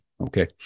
Okay